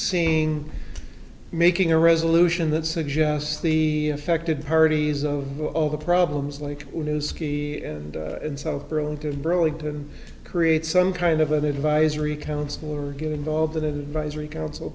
seeing making a resolution that suggests the affected parties of all the problems like to ski and and so room to burlington create some kind of an advisory council or get involved in an advisory council